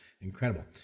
incredible